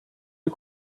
you